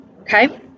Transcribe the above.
okay